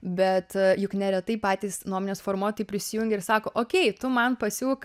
bet juk neretai patys nuomonės formuotojai prisijungia ir sako okei tu man pasiūk